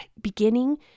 beginning